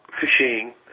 Fishing